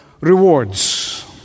rewards